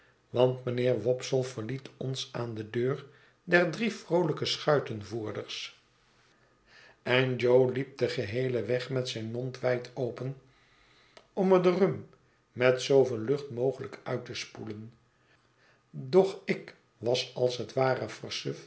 want mijnheer wopsle verliet ons aan de deur der drie vroolijke schuitenvoerders en jo hep den geheelen weg met zijn mond wijd open om er de rum met zooveel lucht mogelijk uit te spoelen doch ik was als het ware